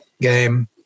game